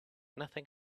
nothing